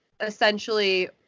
essentially